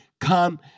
come